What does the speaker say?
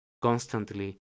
constantly